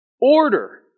order